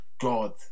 God